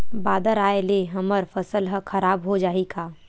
बादर आय ले हमर फसल ह खराब हो जाहि का?